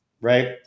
Right